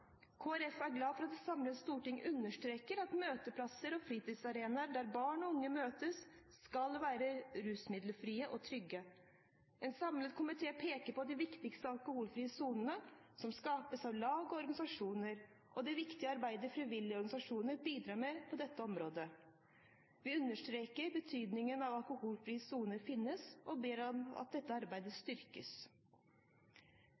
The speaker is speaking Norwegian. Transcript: er glad for at et samlet storting understreker at møteplasser og fritidsarenaer der barn og unge møtes, skal være rusmiddelfrie og trygge. En samlet komité peker på de viktige alkoholfrie sonene som skapes av lag og organisasjoner, og det viktige arbeidet frivillige organisasjoner bidrar med på dette området. Vi understreker betydningen av at alkoholfrie soner finnes, og ber om at dette arbeidet